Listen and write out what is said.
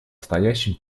стоящим